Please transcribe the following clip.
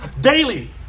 daily